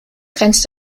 grenzt